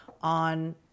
on